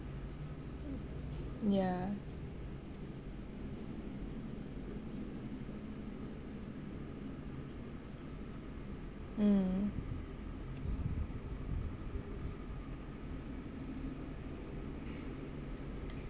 yeah mm